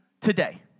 today